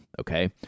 Okay